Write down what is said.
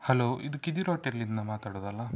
hello ಇದು ಕಿದಿರ್ ಹೋಟೆಲಿಂದ ಮಾತಾಡೋದಲ್ಲ